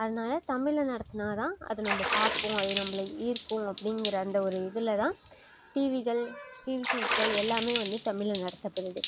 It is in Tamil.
அதனால தமிழில் நடத்தினாதான் அதை நம்ம பார்ப்போம் அது நம்மள ஈர்க்கும் அப்படிங்குற அந்த ஒரு இதில்தான் டிவிகள் டிவி ஷோஸ்கள் எல்லாமே வந்து தமிழில் நடத்தப்படுது